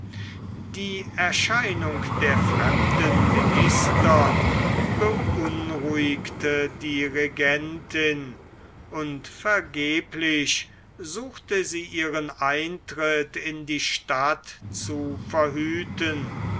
die erscheinung der fremden minister beunruhigte die regentin und vergeblich suchte sie ihren eintritt in die stadt zu verhüten